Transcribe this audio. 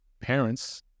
parents